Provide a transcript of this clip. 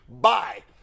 bye